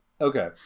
Okay